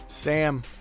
Sam